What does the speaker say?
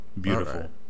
Beautiful